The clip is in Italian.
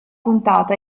puntata